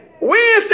Wednesday